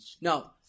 No